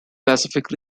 pacific